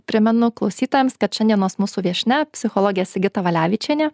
primenu klausytojams kad šiandienos mūsų viešnia psichologė sigita valevičienė